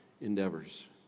endeavors